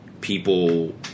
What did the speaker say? people